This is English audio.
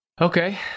Okay